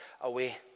away